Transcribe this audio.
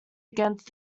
against